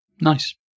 Nice